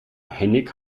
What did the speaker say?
henning